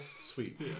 sweet